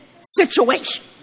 situation